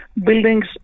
buildings